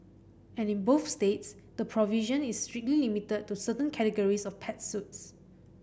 and in both states the provision is strictly limited to certain categories of pet suits